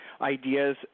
Ideas